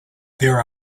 there